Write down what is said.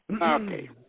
Okay